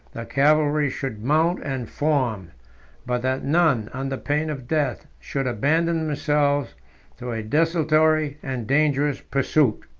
the cavalry should mount and form but that none, under pain of death, should abandon themselves to a desultory and dangerous pursuit.